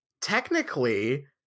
technically